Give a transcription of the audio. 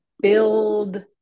build